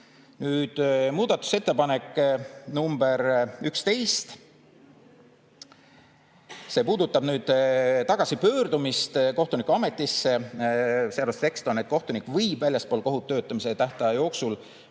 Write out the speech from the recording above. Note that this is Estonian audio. Muudatusettepanek nr 11. See puudutab tagasipöördumist kohtunikuametisse. Seaduse tekst on: "Kohtunik võib väljaspool kohut töötamise tähtaja jooksul